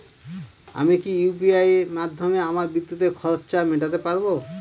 আমি কি ইউ.পি.আই মাধ্যমে আমার বিদ্যুতের খরচা মেটাতে পারব?